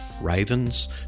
ravens